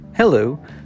Hello